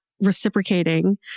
reciprocating